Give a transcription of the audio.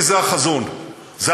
בשבועות הקרובים,